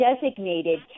designated